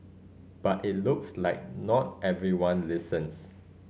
but it looks like not everyone listens